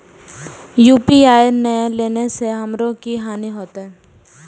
UPI ने लेने से हमरो की हानि होते?